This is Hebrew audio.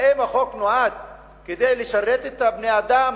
האם החוק נועד לשרת את בני-האדם,